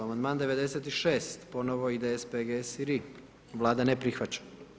Amandman 96, ponovo IDS-PGS-RI, Vlada ne prihvaća.